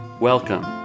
Welcome